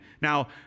Now